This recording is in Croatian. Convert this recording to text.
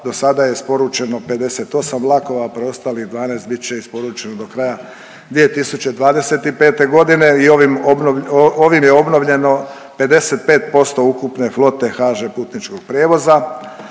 do sada je isporučeno 58 vlakova, preostalih 12 bit će isporučeno do kraja 2025. g. i ovim je obnovljeno 55% ukupne flote HŽ Putničkog prijevoza,